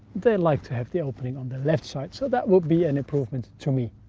they like to have the opening on the left side, so that would be an improvement to me.